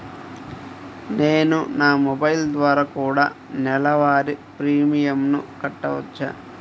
నేను నా మొబైల్ ద్వారా కూడ నెల వారి ప్రీమియంను కట్టావచ్చా?